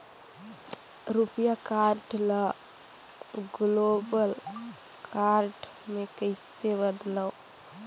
रुपिया कारड ल global card मे कइसे बदलव?